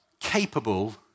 capable